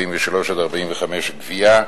סעיפים 43 45, גבייה,